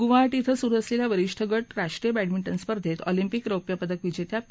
गुवाहाटी ॐ सुरु असलेल्या वरीष्ठ गट राष्ट्रीय बॅडमिंटन स्पर्धेत ऑलिम्पिक रौप्यपदक विजेत्या पी